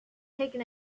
taken